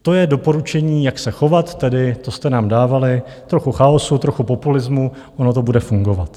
To je doporučení, jak se chovat, tedy to jste nám dávali: trochu chaosu, trochu populismu, ono to bude fungovat.